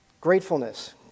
Gratefulness